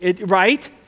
Right